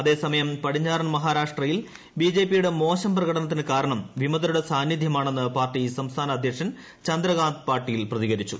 അതേസമയം പടിഞ്ഞാറൻ മഹാരാഷ്ട്രയിൽ ബിജെപിയുടെ മോശം പ്രകടനത്തിന് കാരണം വിമതരുടെ സാന്നിദ്ധ്യമാണെന്ന് പാർട്ടി സംസ്ഥാന അദ്ധ്യക്ഷൻ ചന്ദ്രകാന്ത് പാട്ടീൽ പ്രതികരിച്ചു